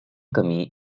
camí